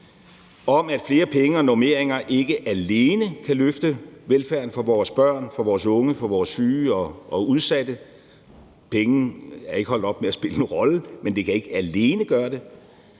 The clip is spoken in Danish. om, at flere penge og normeringer ikke alene kan løfte velfærden for vores børn, for vores unge, for vores syge og udsatte. Penge er ikke holdt op med at spille en rolle, men de kan ikke alene gøre det.